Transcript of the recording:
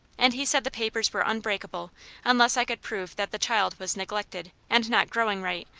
and he said the papers were unbreakable unless i could prove that the child was neglected, and not growing right,